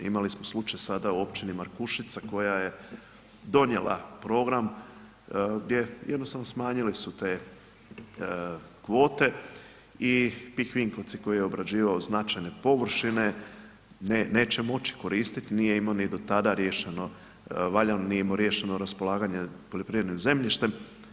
Imali smo slučaj sada u općini Markušica koja je donijela program gdje jednostavno smanjili su te kvote i Pik Vinkovci koji je obrađivao značajne površine neće moći koristiti, nije imao ni do tada riješeno, valjano, nije imalo riješeno raspolaganje poljoprivrednim zemljištem.